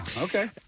okay